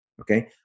Okay